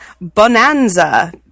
Bonanza